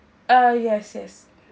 uh yes yes